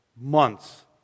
months